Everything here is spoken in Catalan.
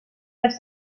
les